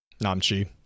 Namchi